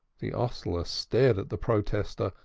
the hostler stared at the protester,